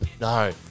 No